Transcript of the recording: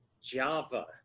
Java